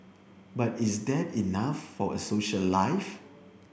but is that enough for a social life